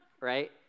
right